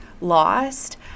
lost